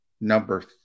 number